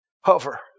hover